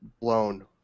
blown